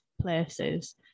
places